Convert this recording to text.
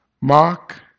Mark